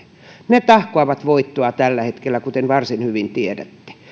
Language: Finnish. ne tahkoavat voittoa tällä hetkellä kuten varsin hyvin tiedätte